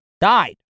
died